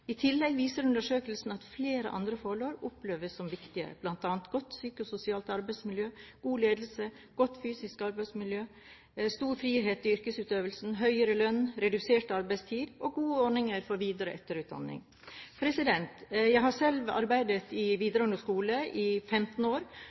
I tillegg viser undersøkelser at flere andre forhold oppleves som viktige, bl.a. godt psykososialt arbeidsmiljø, god ledelse, godt fysisk arbeidsmiljø, stor frihet i yrkesutøvelsen, høyere lønn, redusert arbeidstid og gode ordninger for videre- og etterutdanning. Jeg har selv arbeidet i